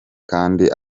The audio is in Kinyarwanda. kandi